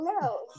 No